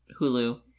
Hulu